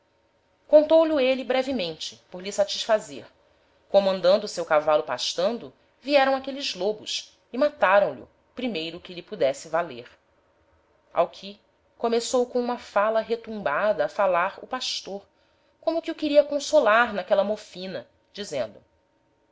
contou lho êle brevemente por lhe satisfazer como andando o seu cavalo pastando vieram aqueles lobos e mataram lho primeiro que lhe pudesse valer ao que começou com uma fala retumbada a falar o pastor como que o queria consolar n'aquela mofina dizendo